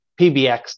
PBX